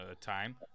time